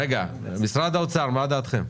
רגע, משרד האוצר מה דעתכם?